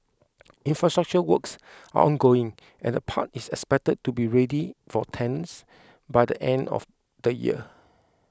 infrastructure works are ongoing and the park is expected to be ready for tenants by the end of the year